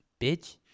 Bitch